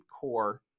core